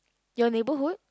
your neighborhood